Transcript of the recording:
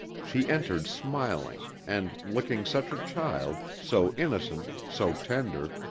she entered smiling, and looking such a child, so innocent, so tender,